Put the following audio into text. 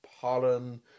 pollen